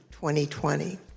2020